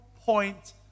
point